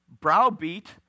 browbeat